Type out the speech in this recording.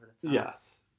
Yes